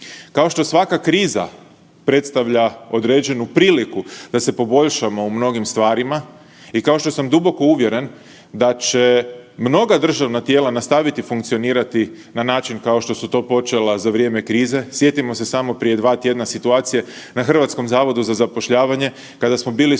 Kao što svaka kriza predstavlja određenu priliku da poboljšamo u mnogim stvarima i kao što sam duboko uvjeren da će mnoga državna tijela nastaviti funkcionirati na način kao to su to počela za vrijeme krize. Sjetimo se samo prije dva tjedna situacije na HZZ-u kada smo bili suočeni